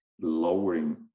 lowering